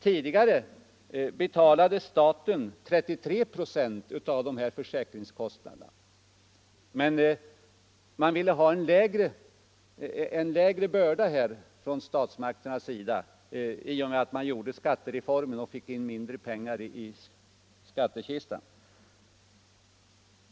Tidigare betalade staten 33 96 av dessa försäkringskostnader, men man ville lätta statens börda i samband med skattereformen, som medförde att staten fick in mindre pengar i skattekistan.